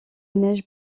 neige